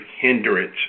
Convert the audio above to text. hindrance